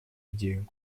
идею